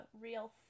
real